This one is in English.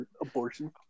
Abortion